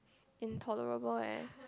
intolerable leh